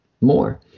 more